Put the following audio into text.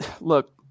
look